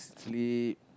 sleep